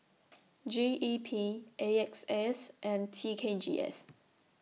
G E P A X S and T K G S